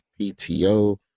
PTO